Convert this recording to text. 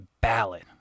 ballad